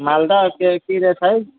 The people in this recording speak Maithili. मालदहके की रेट है